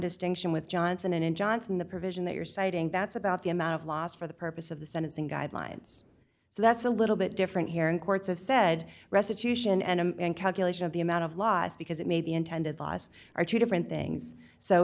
distinction with johnson and johnson the provision that you're citing that's about the amount of loss for the purpose of the sentencing guidelines so that's a little bit different here in courts of said restitution and calculation of the amount of loss because it made the intended loss are two different things so